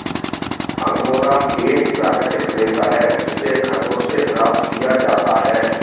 angora एक प्राकृतिक रेशा है जिसे खरगोश से प्राप्त किया जाता है